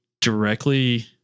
directly